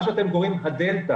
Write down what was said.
מה שאתם קוראים "הדלתא",